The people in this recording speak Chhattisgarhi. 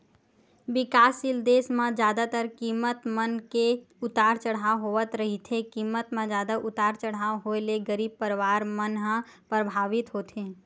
बिकाससील देस म जादातर कीमत मन म के उतार चड़हाव होवत रहिथे कीमत म जादा उतार चड़हाव होय ले गरीब परवार मन ह परभावित होथे